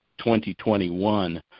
2021